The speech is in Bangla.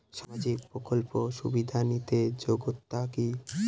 সামাজিক প্রকল্প সুবিধা নিতে যোগ্যতা কি?